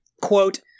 Quote